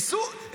ניסו,